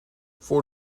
voor